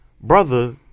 brother